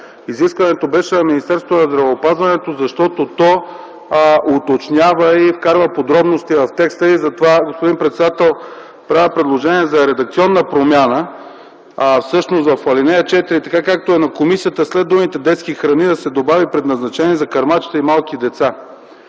Изискването беше на Министерството на здравеопазването, защото то уточнява и вкарва подробности в текста. Ето защо, господин председател, правя предложение за редакционна промяна. В ал. 4, както е текстът на комисията, след думите „детски храни” да се добави „предназначени за кърмачета и малки деца”.